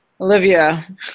olivia